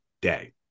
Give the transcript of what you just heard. day